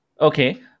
Okay